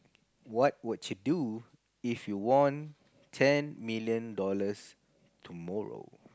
what would you do if you won ten million dollars tomorrow